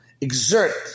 exert